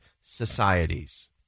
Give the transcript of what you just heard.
societies